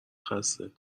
خسته